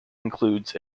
includes